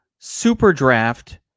Superdraft